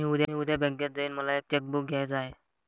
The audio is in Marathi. मी उद्या बँकेत जाईन मला एक चेक बुक घ्यायच आहे